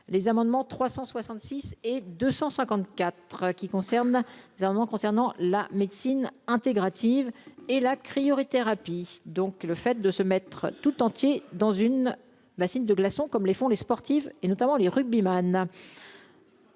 les amendements 366 et 254 qui concerne concernant la médecine intégrative et la cryothérapie, donc le fait de se mettre tout entier dans une bassine de glaçons, comme les font les sportifs et notamment les rugbyman.